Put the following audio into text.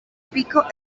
pico